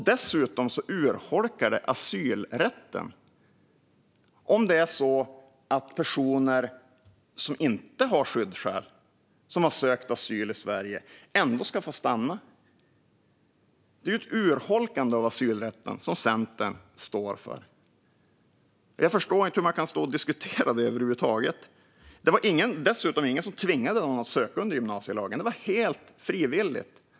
Dessutom urholkar det asylrätten om personer som har sökt asyl i Sverige och inte har skyddsskäl ändå ska få stanna. Det är ett urholkande av asylrätten, som Centern står för. Jag förstår inte hur man kan stå och diskutera det över huvud taget. Det var dessutom ingen som tvingade någon att söka enligt gymnasielagen. Det var helt frivilligt.